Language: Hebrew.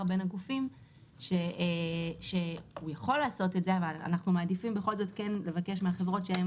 בין הגופים שהוא יכול לעשות את זה אבל אנחנו מעדיפים כן לבקש מהחברות,